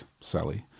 Sally